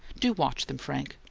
do watch them, frank.